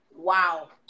Wow